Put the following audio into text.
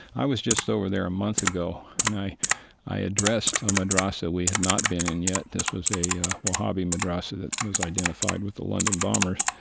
i was just over there a month ago and i i addressed a madrassa we had not been in yet, this was a a wahhabi madrassa that was identified with the london bombers,